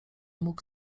mógł